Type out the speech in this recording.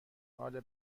حال